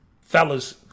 fellas